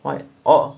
why orh